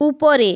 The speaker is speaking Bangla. উপরে